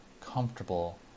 comfortable